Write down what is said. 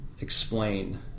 explain